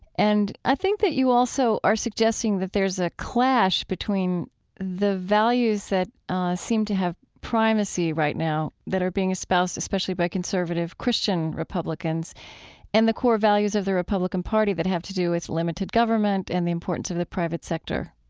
and i think that you also are suggesting that there's a clash between the values that seem to have primacy right now that are being espoused especially by conservative christian republicans and the core values of the republican party that have to do with limited government and the importance of the private sector